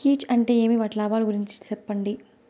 కీచ్ అంటే ఏమి? వాటి లాభాలు గురించి సెప్పండి?